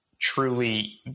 truly